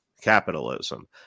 Capitalism